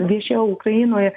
viešėjau ukrainoje